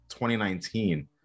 2019